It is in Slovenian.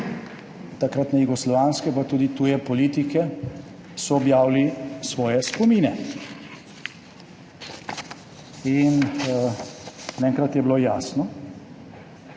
takratne jugoslovanske, pa tudi tuje politike, so objavili svoje spomine in naenkrat je bilo jasno,